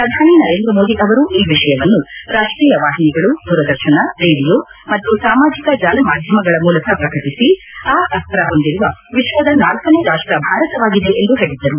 ಪ್ರಧಾನಿ ನರೇಂದ್ರ ಮೋದಿ ಅವರು ಈ ವಿಷಯವನ್ನು ರಾಷ್ಷೀಯ ವಾಹಿನಿಗಳು ದೂರದರ್ಶನ ರೇಡಿಯೋ ಮತ್ತು ಸಾಮಾಜಿಕ ಜಾಲ ಮಾಧ್ಯಮಗಳ ಮೂಲಕ ಪ್ರಕಟಿಸಿ ಆ ಅಸ್ತ ಹೊಂದಿರುವ ವಿಶ್ವದ ನಾಲ್ಲನೇ ರಾಷ್ಷ ಭಾರತವಾಗಿದೆ ಎಂದು ಹೇಳಿದ್ದರು